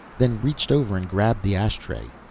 then reached over and grabbed the ashtray.